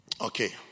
Okay